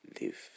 live